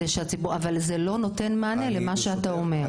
אבל זה לא נותן מענה למה שאתה אומר.